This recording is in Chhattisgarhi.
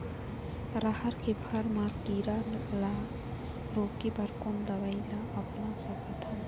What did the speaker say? रहर के फर मा किरा रा रोके बर कोन दवई ला अपना सकथन?